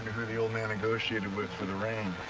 who the old man negotiated with for the rain.